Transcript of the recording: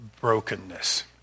brokenness